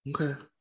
Okay